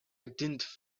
didn’t